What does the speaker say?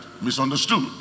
misunderstood